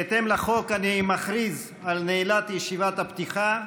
לב, בהתאם לחוק אני מכריז על נעילת ישיבת הפתיחה.